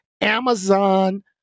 Amazon